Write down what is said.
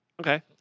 Okay